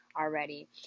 already